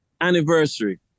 anniversary